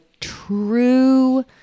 true